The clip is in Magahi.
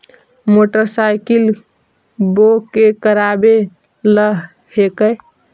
मोटरसाइकिलवो के करावे ल हेकै?